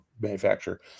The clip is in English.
manufacturer